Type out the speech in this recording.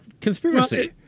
conspiracy